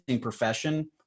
profession